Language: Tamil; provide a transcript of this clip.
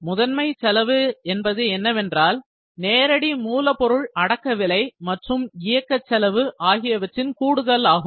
முதன்மை செலவு என்பது என்னவென்றால் நேரடி மூலப்பொருள் அடக்கவிலை மற்றும் இயக்கச் செலவு ஆகியவற்றின் கூடுதல் ஆகும்